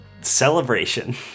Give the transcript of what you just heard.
Celebration